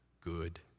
good